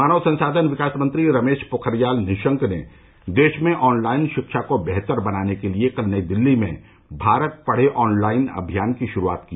मानव संसाधन विकास मंत्री रमेश पोखरियाल निशंक ने देश में ऑनलाइन शिक्षा को बेहतर बनाने के लिए कल नई दिल्ली में भारत पढ़े ऑनलाइन अभियान की शुरूआत की